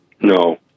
No